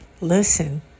listen